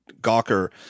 Gawker